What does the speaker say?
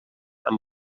amb